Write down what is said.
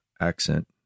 accent